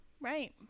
right